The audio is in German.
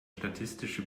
statistische